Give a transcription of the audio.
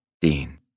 Dean